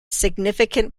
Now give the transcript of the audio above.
significant